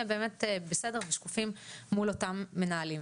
באמת בסדר ושקופים מול אותם מנהלים.